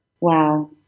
wow